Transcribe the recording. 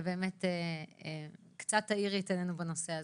באמת קצת תאירי את עינינו בנושא הזה.